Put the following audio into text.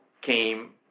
came